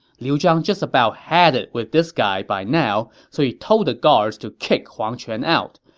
liu zhang just about had it with this guy by now, so he told the guards to kick huang quan out.